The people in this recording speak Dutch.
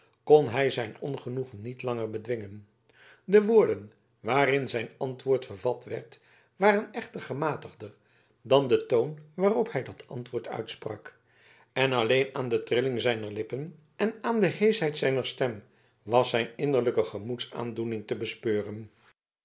kon hij zijn ongenoegen niet langer bedwingen de woorden waarin zijn antwoord vervat werd waren echter gematigder dan de toon waarop hij dat antwoord uitsprak en alleen aan de trilling zijner lippen en aan de heeschheid zijner stem was zijn innerlijke gemoedsaandoening te bespeuren